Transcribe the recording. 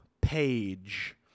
page